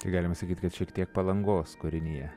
tai galime sakyt kad šiek tiek palangos kūrinyje